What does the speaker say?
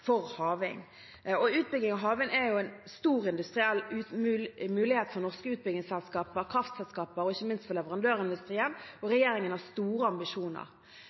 for havvind. Utbygging av havvind er en stor industriell mulighet for norske utbyggingsselskaper, kraftselskaper og ikke minst leverandørindustrien, og regjeringen har store ambisjoner.